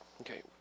Okay